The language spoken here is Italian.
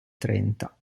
trenta